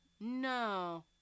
No